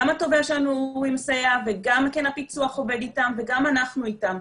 גם התובע שלנו מסייע וגם הפיצוח עובד איתם וגם אנחנו איתם.